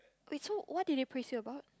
Hui Chu what did they praise you about